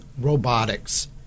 robotics